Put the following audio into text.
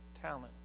talent